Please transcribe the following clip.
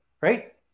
right